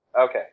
Okay